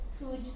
food